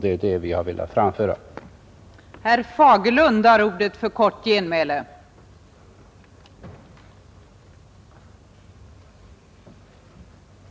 Det är detta vi har försökt framföra med vårt krav på en 10-årig framtidsplanering.